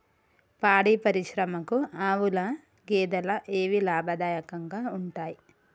పాడి పరిశ్రమకు ఆవుల, గేదెల ఏవి లాభదాయకంగా ఉంటయ్?